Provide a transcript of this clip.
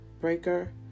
Breaker